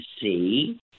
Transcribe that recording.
see